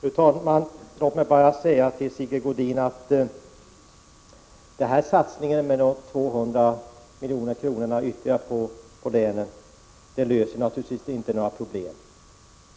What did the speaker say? Fru talman! Låt mig bara säga till Sigge Godin, att den föreslagna satsningen på 200 milj.kr. ytterligare till länen naturligtvis inte löser några problem.